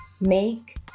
make